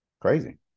Crazy